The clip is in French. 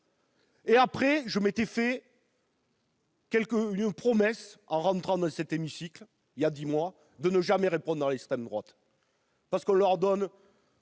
ailleurs, je m'étais fait une promesse en entrant dans cet hémicycle, voilà dix mois : ne jamais répondre à l'extrême droite. Sans cela, on lui donne